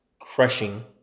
crushing